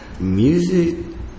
Music